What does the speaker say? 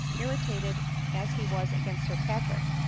irritated as he was against sir patrick,